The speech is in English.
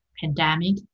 pandemic